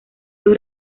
los